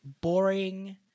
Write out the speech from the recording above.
boring